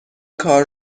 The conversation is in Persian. کار